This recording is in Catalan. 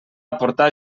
aportar